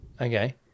Okay